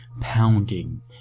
pounding